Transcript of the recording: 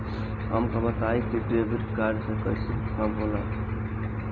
हमका बताई कि डेबिट कार्ड से कईसे काम होला?